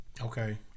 Okay